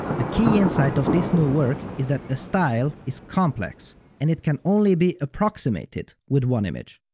a key insight of this new work is that a style is complex and it can only be approximated with one image.